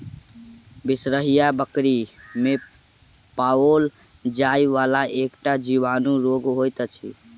बिसरहिया बकरी मे पाओल जाइ वला एकटा जीवाणु रोग होइत अछि